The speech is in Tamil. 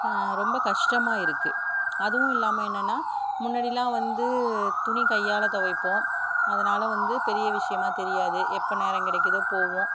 ரொம்ப கஷ்டமாக இருக்கு அதுவும் இல்லாமல் என்னென்னா முன்னாடிலாம் வந்து துணி கையால் துவைப்போம் அதனால வந்து பெரிய விஷயமா தெரியாது எப்போ நேரம் கிடைக்கிதோ போவோம்